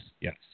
yes